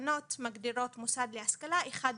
והתקנות מגדירות מוסד להשכלה אחד מאלה.